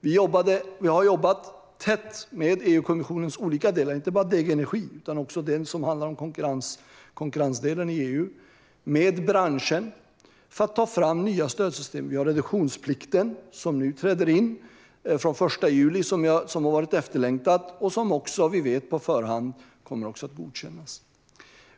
Vi har jobbat tätt med EU-kommissionens olika delar, inte bara GD Energi utan också konkurrensdelen i EU, och med branschen för att ta fram nya stödsystem. Vi har reduktionsplikten, som träder in från den 1 juli, som har varit efterlängtad och som vi på förhand vet kommer att godkännas.